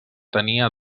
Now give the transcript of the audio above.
tenia